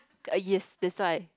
err yes that's why